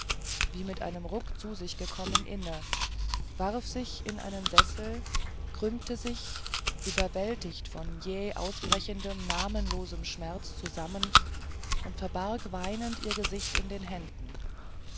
wie mit einem ruck zu sich gekommen inne warf sich in einen sessel krümmte sich überwältigt von jäh ausbrechenden namenlosem schmerz zusammen und verbarg weinend ihr gesicht in den händen